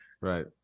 Right